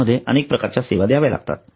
यामध्ये अनेक प्रकारच्या सेवा द्याव्या लागतात